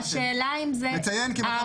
השאלה אם אלה -- נציין כי מעמד